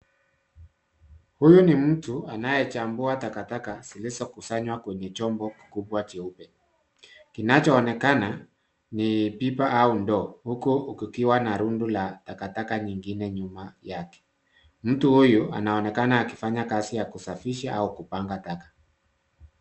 Huyu ni mtu anayechambua takataka zilizokusanywa kwenye chombo kikubwa cheupe. Kichaonekana ni pipa au ndoo uku kukiwa na rundu la takataka nyingine nyuma yake. Mtu huyu anaonekana akifanya kazi ya kusafisha au kupanga taka.